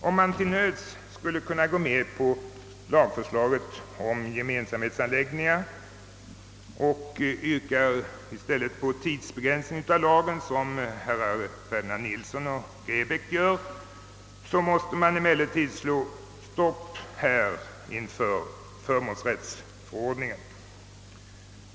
Om man till nöds skulle kunna gå med på lagförslaget om gemensamhetsanläggningar och i stället yrka på tidsbegränsning av lagen såsom herrar Ferdinand Nilsson och Grebäck gör, måste man be att få sätta stopp inför förmånsrättsförordningen.